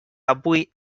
avui